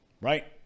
Right